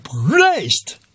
raised